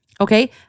Okay